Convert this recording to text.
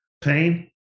Pain